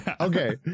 okay